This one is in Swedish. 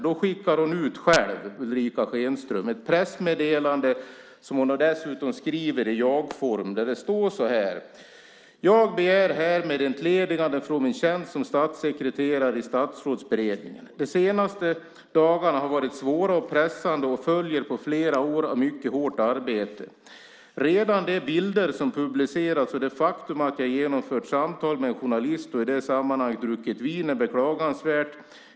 Då skickar Ulrica Schenström själv ut ett pressmeddelande som hon dessutom skriver i jag-form. Där står det så här: Jag begär härmed entledigande från min tjänst som statssekreterare i Stadsrådsberedningen. De senaste dagarna har varit svåra och pressande och följer på flera år av mycket hårt arbete. Redan de bilder som publicerats och det faktum att jag genomfört samtal med en journalist och i det sammanhanget druckit vin är beklagansvärt.